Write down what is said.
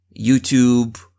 YouTube